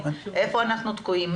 איפה אנחנו תקועים,